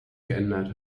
geändert